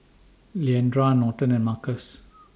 Leandra Norton and Markus